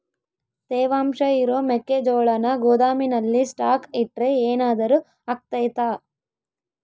ತೇವಾಂಶ ಇರೋ ಮೆಕ್ಕೆಜೋಳನ ಗೋದಾಮಿನಲ್ಲಿ ಸ್ಟಾಕ್ ಇಟ್ರೆ ಏನಾದರೂ ಅಗ್ತೈತ?